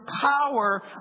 power